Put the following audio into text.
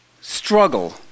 struggle